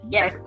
Yes